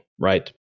right